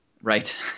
Right